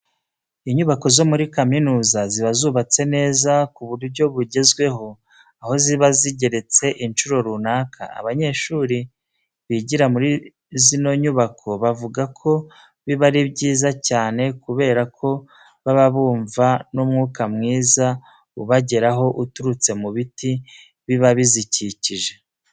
Inyubako zo muri kaminuza ziba zubatse neza ku buryo bugezweho, aho ziba zigeretse incuro runaka. Abanyeshuri bigira muri zino nyubako bavuga ko biba ari byiza cyane kubera ko baba bumva n'umwuka mwiza ubageraho uturutse mu biti biba bizikikije.